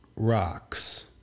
Rocks